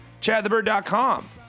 ChadTheBird.com